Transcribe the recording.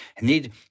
need